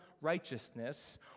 righteousness